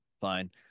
fine